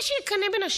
מה יש לי לקנא בנשים?